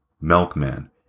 Milkman